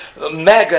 mega